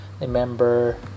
Remember